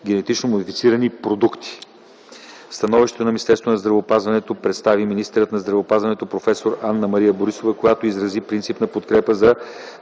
генетично модифицирани продукти. Становището на Министерството на здравеопазването представи министърът на здравеопазването проф. д-р Анна-Мария Борисова, която изрази принципна подкрепа за